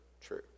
True